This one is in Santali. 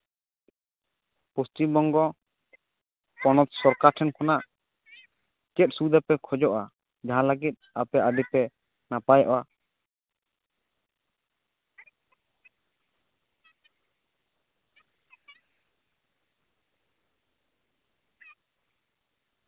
ᱯᱚᱥᱪᱷᱤᱢ ᱵᱚᱝᱜᱚ ᱯᱚᱱᱚᱛ ᱥᱚᱨᱠᱟᱨ ᱴᱷᱮᱱ ᱠᱷᱚᱱᱟᱜ ᱪᱮᱫ ᱥᱩᱵᱤᱫᱟᱯᱮ ᱠᱷᱚᱡᱚᱜᱼᱟ ᱡᱟᱦᱟᱸ ᱞᱟᱹᱜᱤᱫ ᱟᱯᱮ ᱟᱹᱰᱤ ᱯᱮ ᱱᱟᱯᱟᱭᱚᱜᱼᱟ